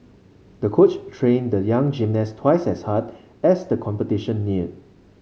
the coach trained the young gymnast twice as hard as the competition neared